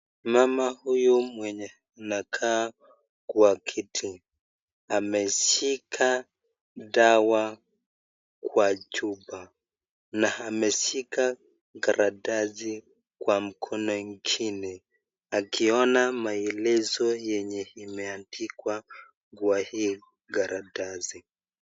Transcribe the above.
Mama huyu mwenye anakaa kwa kiti, ameshika dawa kwa chupa na ameshika karatasi kwa mkono ingine, akiona maelezo yenye imeandikwa kwa hiyo karatasi.